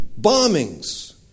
bombings